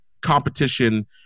competition